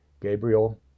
Gabriel